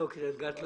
מה המצב היום?